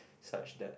such that